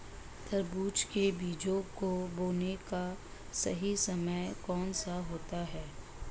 तरबूज के बीजों को बोने का सही समय कौनसा होता है?